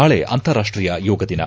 ನಾಳೆ ಅಂತಾರಾಷ್ಷೀಯ ಯೋಗ ದಿನ